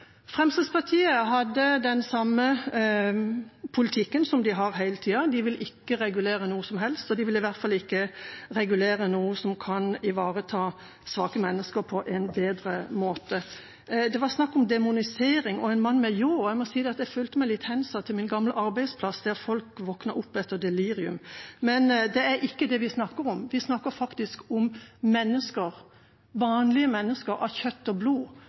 Fremskrittspartiet hadde den samme politikken som de har hatt hele tida – de vil ikke regulere noe som helst, og de vil i hvert fall ikke regulere noe som kan ivareta svake mennesker på en bedre måte. Det var snakk om demonisering og mannen med ljåen. Jeg må si at jeg følte meg litt hensatt til min gamle arbeidsplass, der folk våknet opp etter delirium. Men det er ikke det vi snakker om; vi snakker faktisk om mennesker, vanlige mennesker av kjøtt og blod,